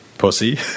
pussy